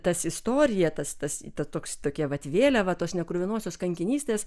tas istorija tas toks tokia vat vėliava tos nekruvinosios kankinystės